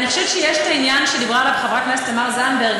אני חושבת שיש את העניין שדיברה עליו חברת הכנסת תמר זנדברג,